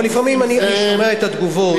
לפעמים אני שומע את התגובות,